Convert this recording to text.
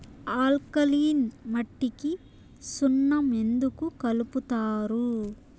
alkaline మట్టికి సున్నం ఎందుకు కలుపుతారు